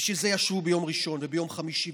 בשביל זה ישבו ביום ראשון וביום חמישי,